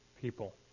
people